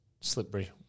slippery